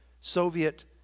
Soviet